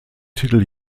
titel